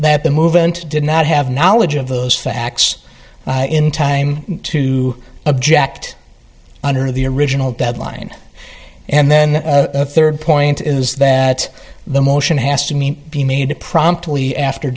that the movant did not have knowledge of those facts in time to object under the original deadline and then third point is that the motion has to me be made to promptly after